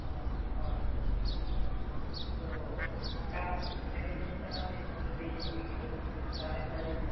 ᱦᱳᱭ ᱦᱳᱭ ᱟᱫᱚ ᱱᱚᱝᱠᱟ ᱯᱮᱥᱮᱱᱴ ᱧᱚᱜ ᱠᱟᱱᱟᱞᱤᱧ ᱟᱹᱰᱤ ᱵᱷᱟᱹᱜᱤ ᱦᱚᱲ ᱠᱚᱵᱮᱱ ᱨᱟᱱᱮᱜ ᱠᱚᱣᱟ ᱡᱮᱢᱚᱱ